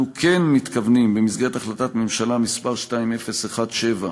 אנחנו כן מתכוונים, במסגרת החלטת ממשלה מס' 2017,